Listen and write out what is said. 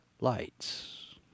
lights